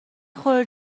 خوره